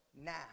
now